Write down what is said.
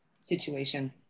situation